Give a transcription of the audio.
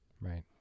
right